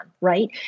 right